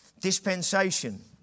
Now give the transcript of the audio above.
dispensation